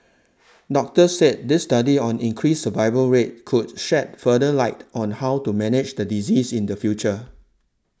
doctors said this study on increased survival rate could shed further light on how to manage the disease in the future